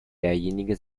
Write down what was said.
derjenige